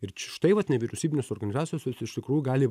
ir č štai vat nevyriausybinės organizacijos jos iš tikrųjų gali